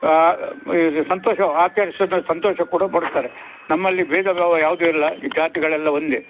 ಅ ಇದು ಸಂತೋಷ ಆಚರಿಸೋದು ಸಂತೋಷ ಕೂಡ ಪಡ್ತಾರೆ ನಮ್ಮಲ್ಲಿ ಭೇದ ಭಾವ ಯಾವುದು ಇಲ್ಲ ಈ ಜಾತಿಗಳೆಲ್ಲ ಒಂದೇ